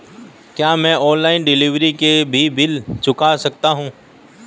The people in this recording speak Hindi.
क्या मैं ऑनलाइन डिलीवरी के भी बिल चुकता कर सकता हूँ?